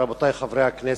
רבותי חברי הכנסת,